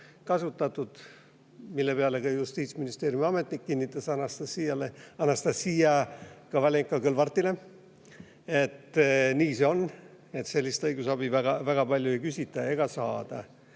kasutatud. Selle peale ka Justiitsministeeriumi ametnik kinnitas Anastassia Kovalenko-Kõlvartile, et nii see on, sellist õigusabi väga palju ei küsita ega saada.